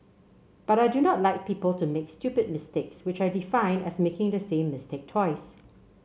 but I do not like people to make stupid mistakes which I define as making the same mistake twice